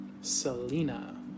Selena